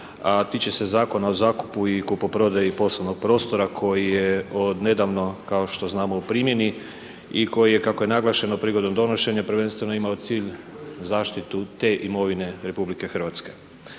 tiče se Zakona o zakupu i kupoprodaji poslovnog prostora koji je odnedavno, kao što znamo, u primjeni i koji je, kako je naglašeno, prigodom donošenja, prvenstveno imao cilj zaštitu te imovine RH. Sve